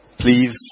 Please